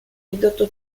ridotto